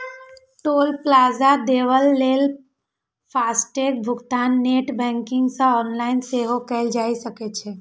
टोल plaza देबय लेल FASTag भुगतान नेट बैंकिंग सं ऑनलाइन सेहो कैल जा सकै छै